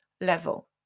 level